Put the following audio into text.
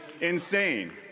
insane